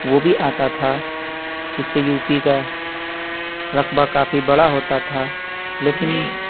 وہ بھی آتا تھا جس سے یو پی کا رقبہ کافی بڑا ہوتا تھا لیکن